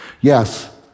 Yes